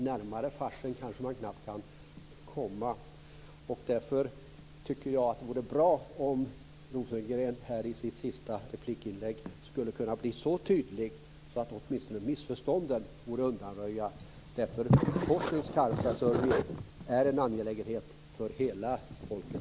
Närmare farsen kanske man knappt kan komma. Därför tycker jag att det vore bra om Rosengren här i sitt sista inlägg kunde bli så tydlig att åtminstone missförstånden undanröjdes. Postens kassaservice är en angelägenhet för hela folket.